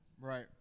Right